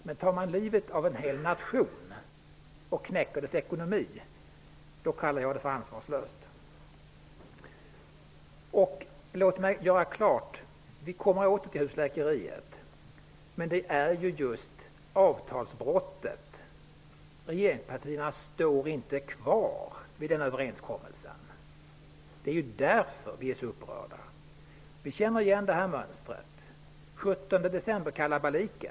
Men att ta livet av en hel nation och knäcka dess ekonomi kallar jag för ansvarslöst. Vi skall återkomma till husläkeriet, men när det gäller just avtalsbrottet står inte regeringspartierna fast vid den överenskommelsen. Det är därför som vi är så upprörda. Vi känner igen mönstret. Jag kan bara nämna 17-december-kalabaliken.